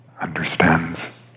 understands